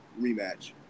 rematch